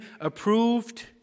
approved